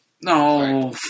No